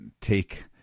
take